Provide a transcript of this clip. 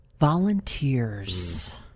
Volunteers